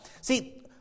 See